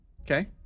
Okay